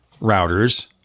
routers